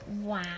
Wow